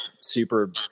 super